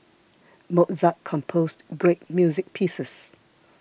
Mozart composed great music pieces